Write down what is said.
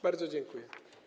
Bardzo dziękuję.